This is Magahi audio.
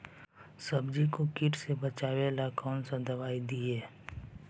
सब्जियों को किट से बचाबेला कौन सा दबाई दीए?